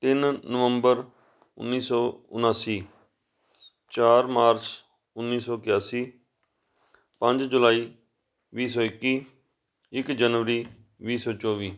ਤਿੰਨ ਨਵੰਬਰ ਉੱਨੀ ਸੌ ਉਣਾਸੀ ਚਾਰ ਮਾਰਚ ਉੱਨੀ ਸੌ ਇਕਿਆਸੀ ਪੰਜ ਜੁਲਾਈ ਵੀਹ ਸੌ ਇੱਕੀ ਇੱਕ ਜਨਵਰੀ ਵੀਹ ਸੌ ਚੌਵੀ